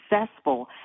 successful